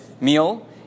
meal